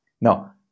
Now